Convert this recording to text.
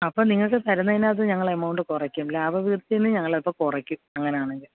അപ്പോള് നിങ്ങള്ക്ക് തരുന്നതിനകത്ത് ഞങ്ങളെമൗണ്ട് കുറയ്ക്കും ലാഭവിഹിതത്തില്നിന്ന് ഞങ്ങളൽപ്പം കുറയ്ക്കും അങ്ങനാണെങ്കില്